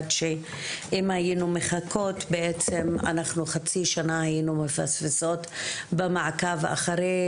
אם היינו מחכות בעצם היינו מפספסות במעקב אחרי